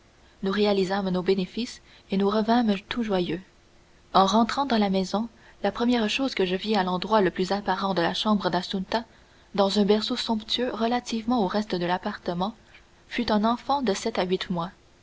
nous réalisâmes nos bénéfices et nous revînmes tout joyeux en rentrant dans la maison la première chose que je vis à l'endroit le plus apparent de la chambre d'assunta dans un berceau somptueux relativement au reste de l'appartement fut un enfant de sept à huit mois